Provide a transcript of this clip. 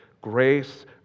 Grace